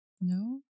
No